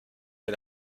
est